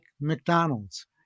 McDonald's